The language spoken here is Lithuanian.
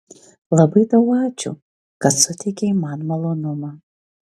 labai tau ačiū kad suteikei man malonumą